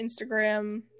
Instagram